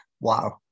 Wow